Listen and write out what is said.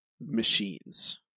machines